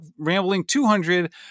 RAMBLING200